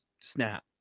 snap